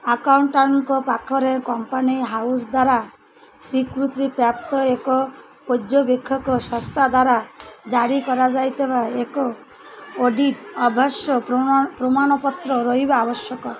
ଆକାଉଣ୍ଟାଣ୍ଟ୍ଙ୍କ ପାଖରେ company house ଦ୍ୱାରା ସ୍ୱୀକୃତିପ୍ରାପ୍ତ ଏକ ପର୍ଯ୍ୟବେକ୍ଷକ ସଂସ୍ଥା ଦ୍ୱାରା ଜାରି କରାଯାଇଥିବା ଏକ ଅଡ଼ିଟ୍ ଅବଶ୍ୟ ପ୍ରମାଣ ପ୍ରମାଣପତ୍ର ରହିବା ଆବଶ୍ୟକ